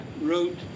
wrote